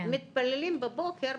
מתפללים בבוקר,